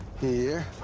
here.